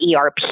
ERP